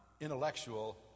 intellectual